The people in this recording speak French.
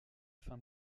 fin